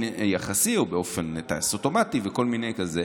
יחסי ובאופן של טייס אוטומטי וכל מיני כזה,